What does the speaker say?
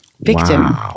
victim